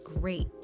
great